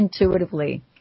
intuitively